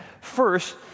First